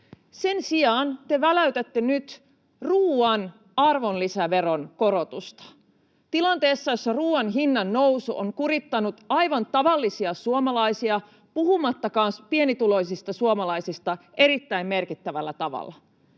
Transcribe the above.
Sen sijaan te väläytätte nyt ruoan arvonlisäveron korotusta tilanteessa, jossa ruoan hinnan nousu on kurittanut aivan tavallisia suomalaisia — puhumattakaan pienituloisista suomalaisista — erittäin merkittävällä tavalla.